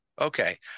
Okay